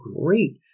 great